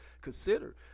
consider